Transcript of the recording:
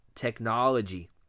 technology